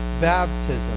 baptism